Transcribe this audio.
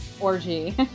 orgy